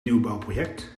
nieuwbouwproject